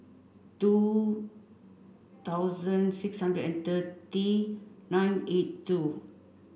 two thousand six hundred and thirty nine eight two